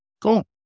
Cool